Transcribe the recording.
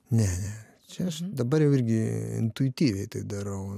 ne ne čia aš dabar jau irgi intuityviai tai darau